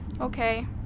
Okay